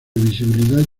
visibilidad